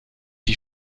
die